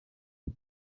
nko